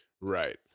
Right